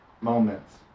Moments